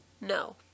No